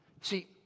See